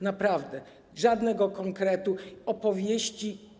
Naprawdę żadnego konkretu, opowieści.